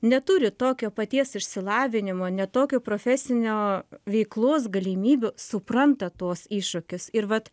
neturi tokio paties išsilavinimo net tokio profesinio veiklos galimybių supranta tuos iššūkius ir vat